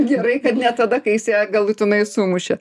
gerai kad ne tada kai jis ją galutinai sumušė